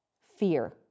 fear